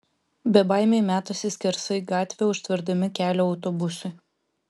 bebaimiai metasi skersai gatvę užtverdami kelią autobusui